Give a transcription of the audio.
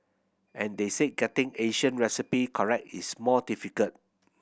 and they say getting Asian recipe correct is more difficult